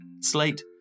Slate